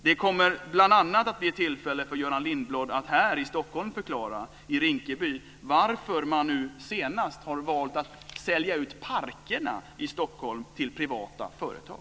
Det kommer bl.a. att bli ett tillfälle för Göran Lindblad att här i Stockholm, i Rinkeby, förklara varför man nu senast har valt att sälja ut parkerna i Stockholm till privata företag.